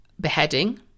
beheading